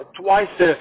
twice